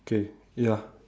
K ya